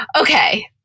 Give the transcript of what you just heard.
Okay